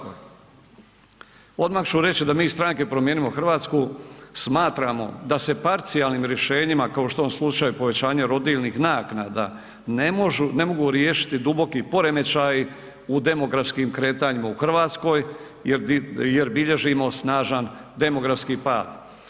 Odmah ću reći da mi iz Stranke Promijenimo Hrvatsku smatramo da se parcijalnim rješenjima kao što je u ovom slučaju povećanje rodiljnih naknada, ne mogu riješiti duboki poremećaji u demografskim kretanjima u RH jer bilježimo snažan demografski pad.